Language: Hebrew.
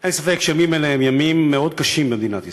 אין ספק שימים אלה הם ימים מאוד קשים למדינת ישראל.